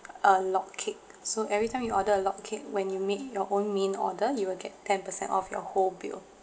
uh log cake so every time you order a log cake when you make your own main order you will get ten percent off your whole bill